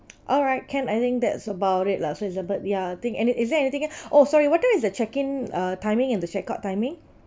alright can I think that's about it lah so it's a birth~ ya I think any~ is there anything else oh sorry what time is the check in uh timing and the check out timing